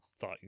thought